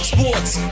sports